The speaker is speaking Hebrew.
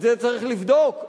את זה צריך לבדוק,